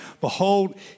Behold